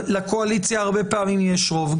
לקואליציה הרבה פעמים יש רוב.